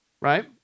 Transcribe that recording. right